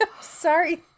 Sorry